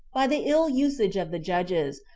by the ill usage of the judges,